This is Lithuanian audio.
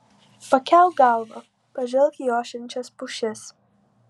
pakelk galvą pažvelk į ošiančias pušis